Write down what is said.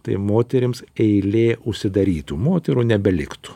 tai moterims eilė užsidarytų moterų nebeliktų